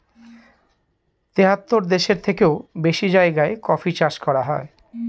তেহাত্তর দেশের থেকেও বেশি জায়গায় কফি চাষ করা হয়